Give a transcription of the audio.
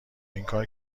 اینکار